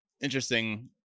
interesting